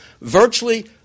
Virtually